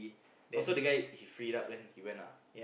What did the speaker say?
oh so the guy he freed up and he went ah